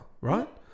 right